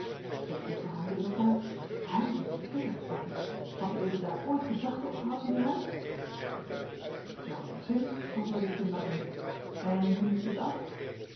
ik sloeg de handen in elkander heynsz een verklikker dacht ik hadt ued daar ooit gedachten op gehad mijnheer huyck zoo eenigszins antwoordde ik glimlachende en hoe liep dit af